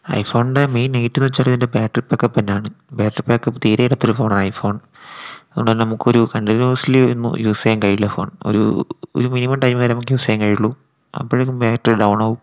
ഐഫോണിൻ്റെ main negative വച്ചാൽ ഇതിൻ്റെ battery backup തന്നെയാണ് ബാറ്ററി ബാക്കപ്പ് തീരെ ഇല്ലാത്തൊരു ഫോണാണ് ഐഫോൺ അതുകൊണ്ട് തന്നെ നമുക്കൊരു കണ്ടിന്യൂസ്ലി ഒന്നും യൂസ് ചെയ്യാൻ കഴിയില്ല ഫോൺ ഒരു ഒരു മിനിമം ടൈം വരെ നമുക്ക് യൂസ് ചെയ്യാൻ കഴിയുള്ളു അപ്പോഴേക്കും ബാറ്ററി ഡൗണാവും